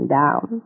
down